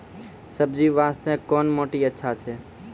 सब्जी बास्ते कोन माटी अचछा छै?